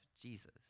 Jesus